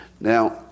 Now